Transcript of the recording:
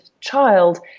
child